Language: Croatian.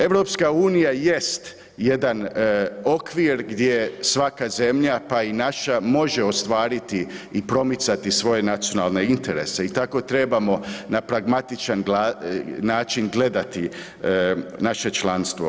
EU jest jedan okvir gdje svaka zemlja pa i naša može ostvariti i promicati svoje nacionalne interese i tako trebamo na pragmatičan način gledati naše članstvo.